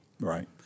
Right